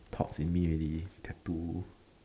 talk fin me only tattoo